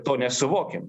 to nesuvokėm